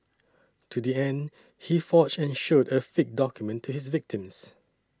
to the end he forged and showed a fake document to his victims